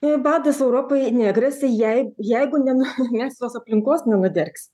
jei badas europai negresia jei jeigu nenu nieks tos aplinkos nenudegs